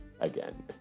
again